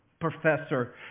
professor